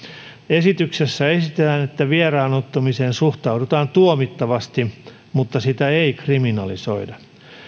esityksessä esitetään että vieraannuttamiseen suhtaudutaan tuomittavasti mutta sitä ei kriminalisoida